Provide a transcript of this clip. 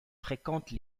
fréquente